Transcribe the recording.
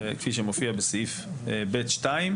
כפי שמופיע בסעיף ב(2),